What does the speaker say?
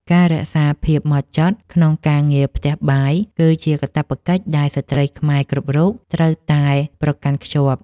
ការរក្សាភាពហ្មត់ចត់ក្នុងការងារផ្ទះបាយ គឺជាកាតព្វកិច្ចដែលស្ត្រីខ្មែរគ្រប់រូបត្រូវតែប្រកាន់ខ្ជាប់។